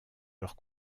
leurs